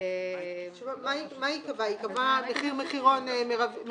נביא לפתרון גם שם.